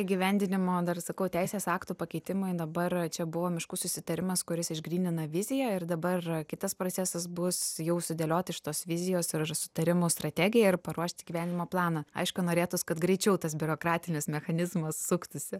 įgyvendinimo dar sakau teisės aktų pakeitimai dabar čia buvo miškų susitarimas kuris išgrynina viziją ir dabar kitas procesas bus jau sudėliot iš tos vizijos ir sutarimų strategiją ir paruošti gyvenimo planą aišku norėtųs kad greičiau tas biurokratinis mechanizmas suktųsi